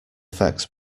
effects